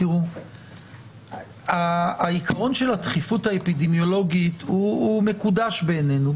העיקרון של הדחיפות האפידמיולוגית מקודש בעינינו.